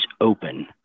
open